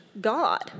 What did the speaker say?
God